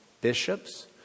bishops